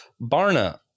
Barna